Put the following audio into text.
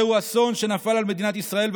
זהו אסון שנפל על מדינת ישראל,